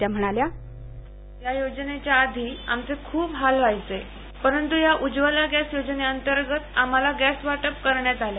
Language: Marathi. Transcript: त्या म्हणाल्या या योजनेच्या आधी आमचे खूप हलवायचे परंतू या उज्वला गॅस अंतर्गत आम्हाला गॅस वाटप करण्यात आले